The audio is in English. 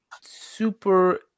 super